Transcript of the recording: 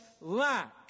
lack